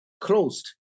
closed